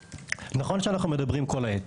נכון שאנחנו מדברים כל העת,